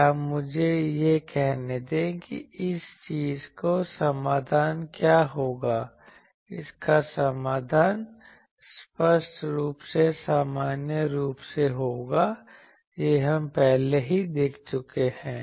या मुझे यह कहने दें कि इस चीज का समाधान क्या होगा इसका समाधान स्पष्ट रूप से सामान्य रूप से होगा यह हम पहले ही देख चुके हैं